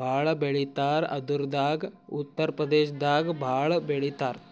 ಭಾಳ್ ಬೆಳಿತಾರ್ ಅದ್ರಾಗ ಉತ್ತರ್ ಪ್ರದೇಶದಾಗ್ ಭಾಳ್ ಬೆಳಿತಾರ್